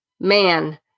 man